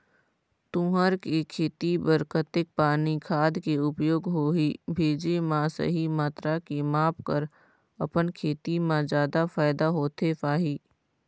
तुंहर के खेती बर कतेक पानी खाद के उपयोग होही भेजे मा सही मात्रा के माप कर अपन खेती मा जादा फायदा होथे पाही?